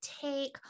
take